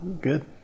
good